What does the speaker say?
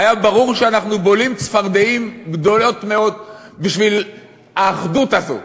היה ברור שאנחנו בולעים צפרדעים גדולות מאוד בשביל האחדות הזאת,